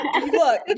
Look